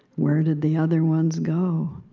where did the other ones go?